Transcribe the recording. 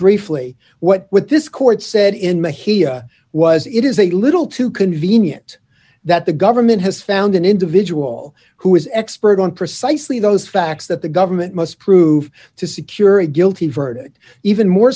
briefly what with this court said in mahila was it is a little too convenient that the government has found an individual who is expert on precisely those facts that the government must prove to secure a guilty verdict even more